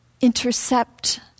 intercept